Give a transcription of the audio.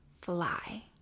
fly